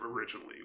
originally